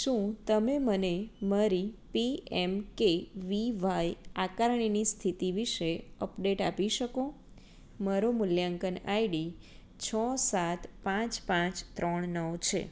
શું તમે મને મારી એમ કે વી વાય આકારણીની સ્થિતિ વિશે અપડેટ આપી શકો મારો મૂલ્યાંકન આઈડી છ સાત પાંચ પાંચ ત્રણ નવ છે